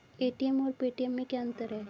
ATM और Paytm में क्या अंतर है?